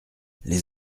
les